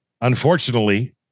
unfortunately